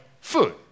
food